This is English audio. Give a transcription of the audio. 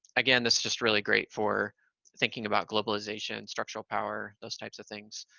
again, this is just really great for thinking about globalization, structural power, those types of things.